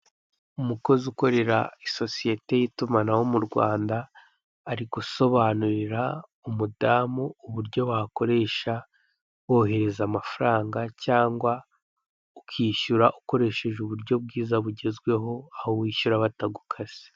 Umukozi ukorera sosiyete y'itumanaho mu Rwanda arigusobanurira umudamu uburyo wakoresha wohereza amafaranga cyangwa ukishyura ukoresheje uburyo bwiza bugezweho aho wishyura batagukase.